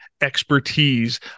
expertise